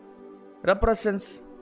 represents